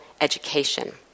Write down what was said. education